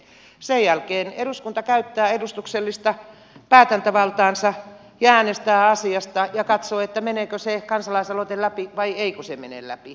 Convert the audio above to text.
sen jälkeen eduskunta käyttää edustuksellista päätäntävaltaansa äänestää asiasta ja katsoo meneekö se kansalaisaloite läpi vai eikö se mene läpi